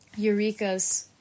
Eurekas